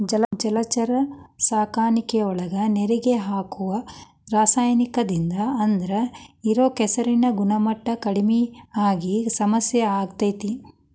ಜಲಚರ ಸಾಕಾಣಿಕೆಯೊಳಗ ನೇರಿಗೆ ಹಾಕೋ ರಾಸಾಯನಿಕದಿಂದ ಅದ್ರಾಗ ಇರೋ ಕೆಸರಿನ ಗುಣಮಟ್ಟ ಕಡಿಮಿ ಆಗಿ ಸಮಸ್ಯೆ ಆಗ್ತೇತಿ